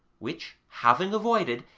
which, having avoided,